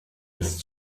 ist